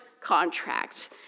contract